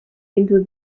into